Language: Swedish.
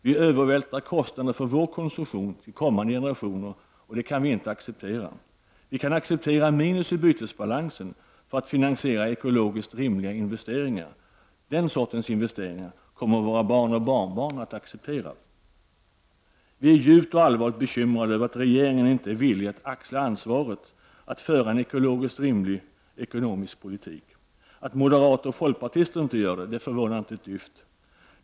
Vi övervältrar kostnader för vår konsumtion till kommande generationer. Det är oacceptabelt. Miljöpartiet kan acceptera minus i bytesbalansen för att finansiera eko logiskt rimliga investeringar. Den sortens investeringar kommer våra barn och barnbarn att acceptera. Vi är djupt och allvarligt bekymrade över att regeringen inte är villig att axla ansvaret att föra en ekologiskt rimlig ekonomisk politik. Att moderater och folkpartister inte gör det förvånar inte alls.